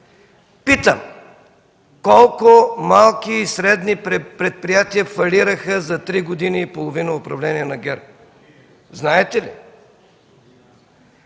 Питам: колко малки и средни предприятия фалираха за три години и половина управление на ГЕРБ? Знаете ли?